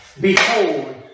behold